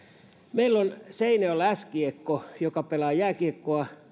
meillä on seinäjoella s kiekko joka pelaa jääkiekkoa